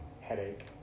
headache